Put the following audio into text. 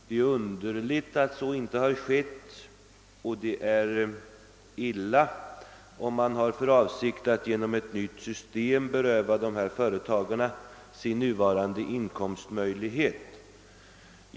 Det är underligt att så inte har skett; det är illa om man har för avsikt att genom ett nytt system beröva dessa företagare deras nuvarande inkomstmöjligheter.